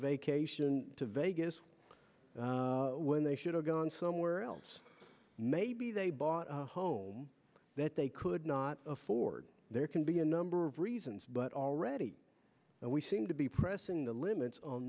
vacation to vegas when they should have gone somewhere else maybe they bought a home that they could not afford there can be a number of reasons but already we seem to be pressing the limits on